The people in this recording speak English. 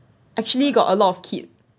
actually got a lot of kid